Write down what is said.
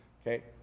okay